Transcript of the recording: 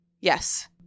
Yes